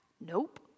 Nope